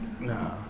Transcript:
Nah